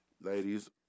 ladies